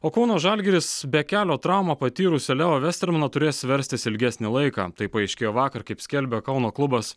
o kauno žalgiris be kelio traumą patyrusio leo vestermano turės verstis ilgesnį laiką tai paaiškėjo vakar kaip skelbia kauno klubas